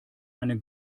eine